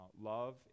love